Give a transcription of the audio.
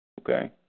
Okay